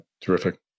terrific